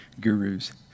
Gurus